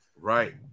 Right